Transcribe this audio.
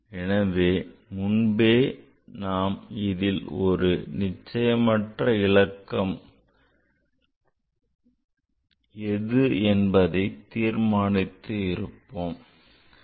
எனவே முன்பே நாம் இதில் எது நிச்சயமற்ற இலக்கம் என்று தீர்மானித்து இருப்போம்